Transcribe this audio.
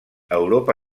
europa